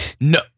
No